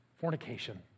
Fornication